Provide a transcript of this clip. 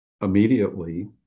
immediately